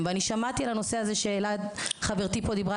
שמעתי גם על הנושא עליו דברה פה חברתי,